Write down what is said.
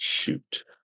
shoot